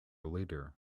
leader